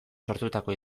sortutako